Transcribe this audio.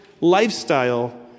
lifestyle